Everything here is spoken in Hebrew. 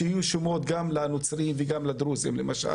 שיהיו שמות גם לנוצרים וגם לדרוזים למשל,